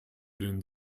den